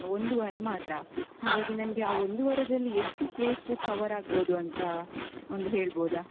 ಒಂದು ವಾರ ಮಾತ್ರ ಹಾಗಾಗಿ ನನಗೆ ಆ ಒಂದು ವಾರದಲ್ಲಿ ಎಷ್ಟು ಪ್ಲೇಸ್ ಕವರ್ ಆಗಬಹುದು ಅಂತ ಒಂದು ಹೇಳಬಹುದಾ